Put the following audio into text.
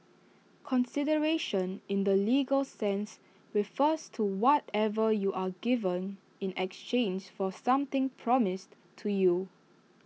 consideration in the legal sense refers to whatever you are given in exchange for something promised to you